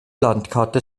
landkarte